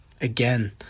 again